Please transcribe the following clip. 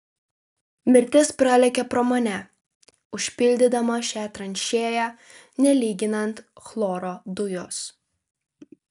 mirtis pralėkė pro mane užpildydama šią tranšėją nelyginant chloro dujos